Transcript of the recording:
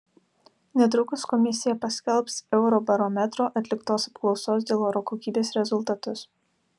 netrukus komisija paskelbs eurobarometro atliktos apklausos dėl oro kokybės rezultatus